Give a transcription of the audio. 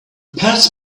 passed